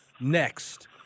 next